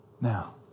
now